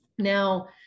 Now